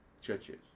churches